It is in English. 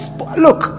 Look